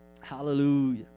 Hallelujah